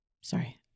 Sorry